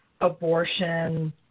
abortion